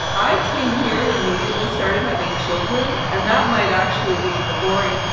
i came here and immediately started having children. and that might actually be the boring